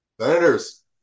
Senators